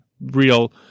real